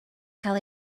cael